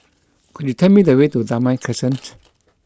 could you tell me the way to Damai Crescent